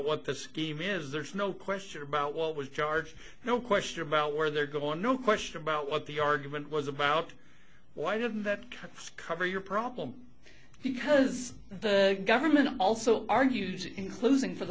what the scheme is there's no question about what was charged no question about where they're going no question about what the argument was about why didn't that kind of cover your problem because the government also argues in closing